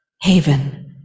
haven